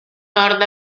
nord